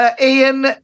Ian